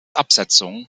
absetzung